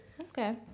Okay